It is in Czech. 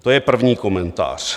To je první komentář.